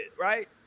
right